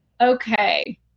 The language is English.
Okay